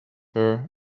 her